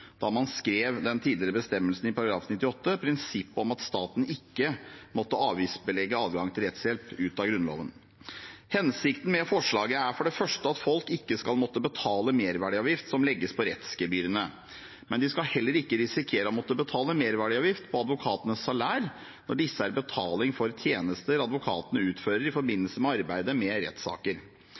da man skrev den tidligere bestemmelsen i § 98, prinsippet om at staten ikke måtte avgiftsbelegge adgangen til rettshjelp, ut av Grunnloven. Hensikten med forslaget er for det første at folk ikke skal måtte betale merverdiavgift som legges på rettsgebyrene. Men de skal heller ikke risikere å måtte betale merverdiavgift på advokatenes salærer når disse er betaling for tjenester advokatene utfører i forbindelse med arbeidet med rettssaker.